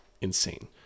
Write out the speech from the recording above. insane